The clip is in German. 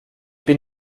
bin